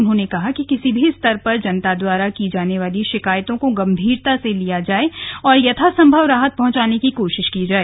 उन्होंने कहा कि किसी भी स्तर पर जनता द्वारा की जाने वाली शिकायतों को गम्भीरता से लिया जाए और यथासम्भव राहत पहुंचाने की कोशिश की जाए